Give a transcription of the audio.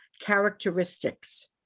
characteristics